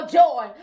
joy